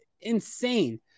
Insane